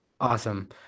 Awesome